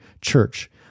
church